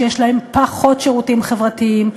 שיש להם פחות שירותים חברתיים,